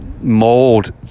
mold